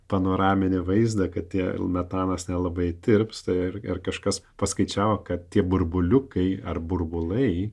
panoraminį vaizdą kad tie metanas nelabai tirpsta ir ir kažkas paskaičiavo kad tie burbuliukai ar burbulai